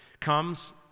comes